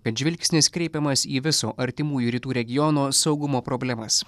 kad žvilgsnis kreipiamas į viso artimųjų rytų regiono saugumo problemas